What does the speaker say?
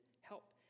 help